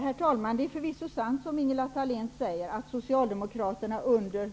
Herr talman! Det är förvisso sant, som Ingela Thale n säger, att Socialdemokraterna under